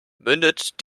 mündet